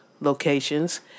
locations